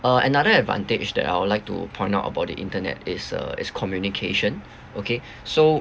uh another advantage that I would like to point out about the internet is uh is communication okay so